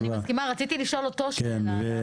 רציתי לשאול אותו שאלה.